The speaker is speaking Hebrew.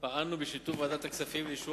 על כך פעלנו בשיתוף ועדת הכספים לאישור